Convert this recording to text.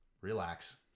relax